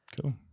Cool